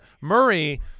Murray